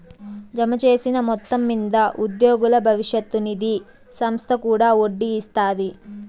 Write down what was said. జమచేసిన మొత్తం మింద ఉద్యోగుల బవిష్యత్ నిది సంస్త కూడా ఒడ్డీ ఇస్తాది